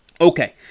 Okay